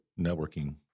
networking